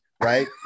right